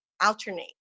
alternate